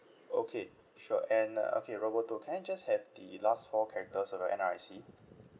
okay sure and uh okay roborto can I just have the last four characters of your N_R_I_C